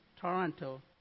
Toronto